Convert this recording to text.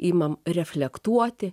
imam reflektuoti